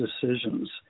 decisions